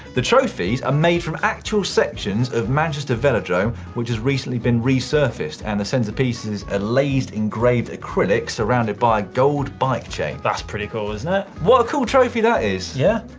the trophies are made from actual sections of manchester velodrome, which has recently been resurfaced, and the centerpieces are lased engraved acrylic, surrounded by gold bike chain. that's pretty cool, isn't it? what a cool trophy that is. yeah.